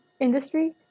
industry